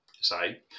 Say